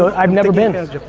but i've never been.